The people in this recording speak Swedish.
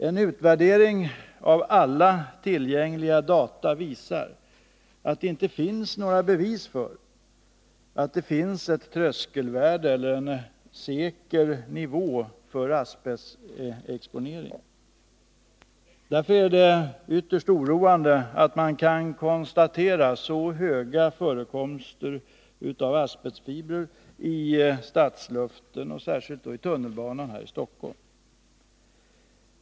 En utvärdering av alla tillgängliga data visar att det inte finns några bevis för att det skulle existera ett tröskelvärde eller en säker nivå för asbestexponering. Därför är det ytterst oroande att man kan konstatera så höga förekomster av asbestfibrer i stadsluften, och särskilt i tunnelbanan här i Stockholm.